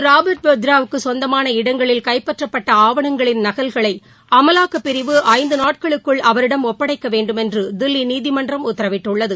Robert வத்ராவுக்கு சொந்தமான இடங்களில் கைப்பற்றப்பட்ட ஆவணங்களின் நகல்களை திரு அமலாக்கப்பிரிவு ஐந்து நாட்களுக்குள் அவரிடம் ஒப்படைக்கவேண்டும் என்று தில்லி நீதிமன்றம் உத்தரவிட்டுள்ளது